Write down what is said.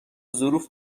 ظروف